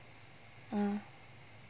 uh